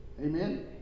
Amen